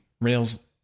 rails